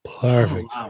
Perfect